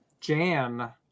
Jan